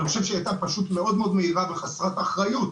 אני חושב שהיא הייתה פשוט מאוד מהירה וחסרת אחריות.